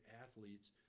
athletes